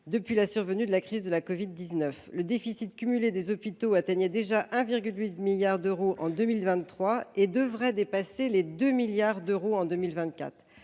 depuis la survenue de la crise de la covid 19. Le déficit cumulé des hôpitaux atteignait déjà 1,8 milliard d’euros en 2023 et devrait dépasser les 2 milliards d’euros en 2024.